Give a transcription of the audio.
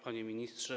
Panie Ministrze!